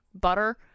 butter